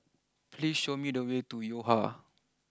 please show me the way to Yo Ha